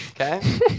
Okay